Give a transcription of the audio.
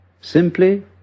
simply